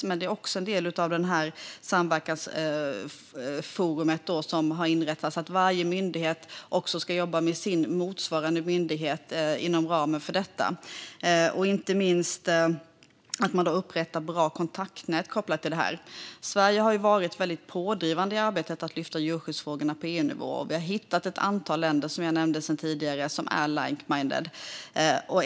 Men det är också en del i det samverkansforum som har inrättats att varje myndighet ska jobba med sin motsvarande myndighet inom ramen för detta. Det handlar inte minst om att upprätta bra kontaktnät kopplat till detta. Sverige har varit väldigt pådrivande i arbetet med att lyfta djurskyddsfrågorna på EU-nivå, och vi har hittat ett antal länder, som jag nämnde tidigare, som är like-minded.